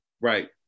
Right